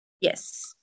Yes